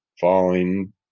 falling